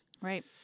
Right